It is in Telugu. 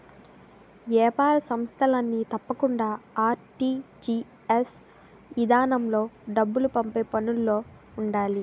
ఏపార సంస్థలన్నీ తప్పకుండా ఆర్.టి.జి.ఎస్ ఇదానంలో డబ్బులు పంపే పనులో ఉండాలి